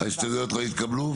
ההסתייגויות לא התקבלו.